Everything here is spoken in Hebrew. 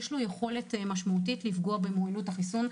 יכולת משמעותית לפגוע ביעילות החיסון,